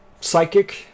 psychic